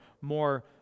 more